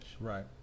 Right